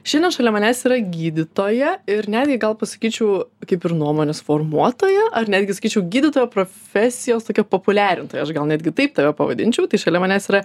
šiandien šalia manęs yra gydytoja ir netgi gal pasakyčiau kaip ir nuomonės formuotoja ar netgi sakyčiau gydytojo profesijos tokia populiarintoja aš gal netgi taip tave pavadinčiau tai šalia manęs yra